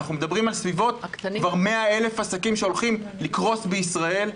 אנחנו מדברים כבר על סביבות 100,000 עסקים שהולכים לקרוס בישראל.